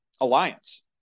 alliance